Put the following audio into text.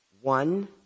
One